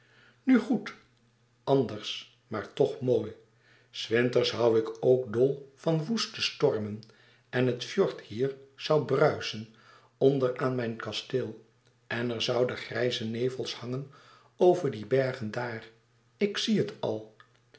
nu goed anders maar toch mooi s winters hoû ik ook dol van woeste stormen en het fjord hier zoû bruisen onder aan mijn kasteel en er zouden grijze nevels hangen over die bergen daar ik zie het al